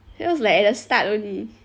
that was like at the start only